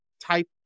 type